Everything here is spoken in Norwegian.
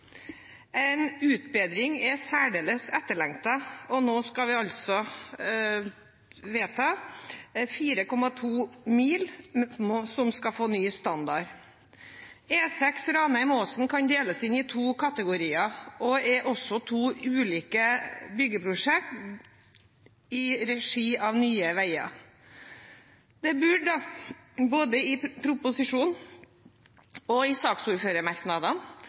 En utbedring er særdeles etterlengtet, og nå skal vi altså vedta at 4,2 mil skal få ny standard. E6 Ranheim–Åsen kan deles inn i to kategorier og er også to ulike byggeprosjekt i regi av Nye Veier. Det burde både i proposisjonen og i saksordførermerknadene